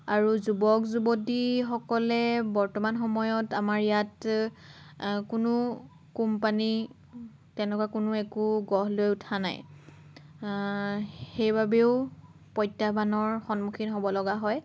আৰু যুৱক যুৱতীসকলে বৰ্তমান সময়ত আমাৰ ইয়াত কোনো কোম্পানী তেনেকুৱা কোনো একো গঢ় লৈ উঠা নাই সেইবাবেও প্ৰত্যাহ্বানৰ সন্মুখীন হ'ব লগা হয়